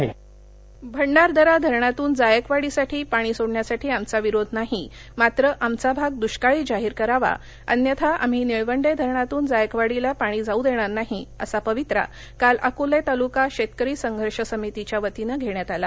पाणी आंदोलनः भंडारदरा धरणातून जायकवाडी साठी पाणी सोडण्यासाठी आमचा विरोध नाही मात्र आमचा भाग दृष्काळी जाहीर करावा अन्यथा आम्ही निळवंडचिरणातून जायकवाडीला पाणी जाऊ दप्पिर नाही असा पवित्रा काल अकोलविल्का शक्किरी संघर्ष समितीच्या वतीनं घण्यात आला